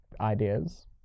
ideas